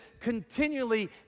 continually